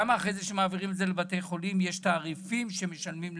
כשמעבירים אותן לבתי חולים יש תעריפים שמשלמים למד"א?